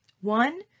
One